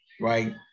right